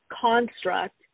construct